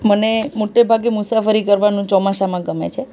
મને મોટેભાગે મુસાફરી કરવાનું ચોમાસામાં ગમે છે